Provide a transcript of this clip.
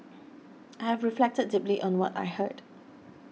I have reflected deeply on what I heard